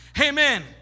amen